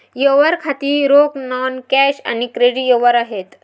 व्यवहार खाती रोख, नॉन कॅश आणि क्रेडिट व्यवहार आहेत